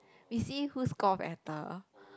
we see who score better